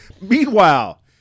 Meanwhile